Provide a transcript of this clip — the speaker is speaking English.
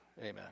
Amen